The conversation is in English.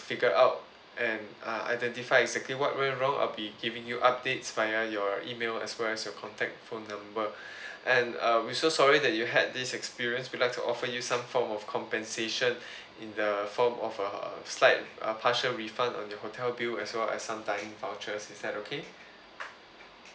figure out and uh identify exactly what went wrong I'll be giving you updates via your email as well as your contact phone number and uh we so sorry that you had this experience we like to offer you some form of compensation in the form of err slight uh partial refund on your hotel bill as well as some dining vouchers is that okay